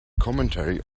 commentary